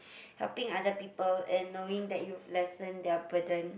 helping other people and knowing that you've lessened their burden